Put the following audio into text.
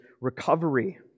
recovery